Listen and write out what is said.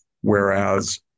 whereas